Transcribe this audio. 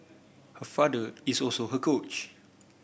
her father is also her coach